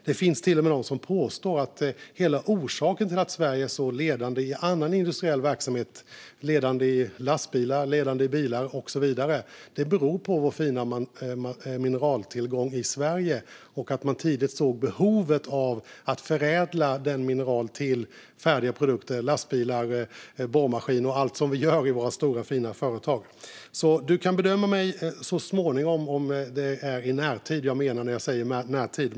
Det finns till och med de som påstår att hela orsaken till att Sverige är så ledande i annan industriell verksamhet, till exempel lastbilar och bilar, är vår fina mineraltillgång och att man tidigt såg behovet av att förädla mineralerna till färdiga produkter, såsom lastbilar, borrmaskiner och allt vad vi gör i våra stora, fina företag. Du kan bedöma mig så småningom om det är i närtid jag menar när jag säger närtid.